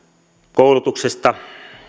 koulutuksesta